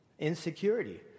insecurity